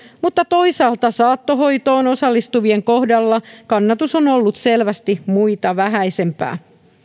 mutta toisaalta saattohoitoon osallistuvien kohdalla kannatus on ollut selvästi muita vähäisempää